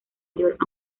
york